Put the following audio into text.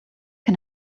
can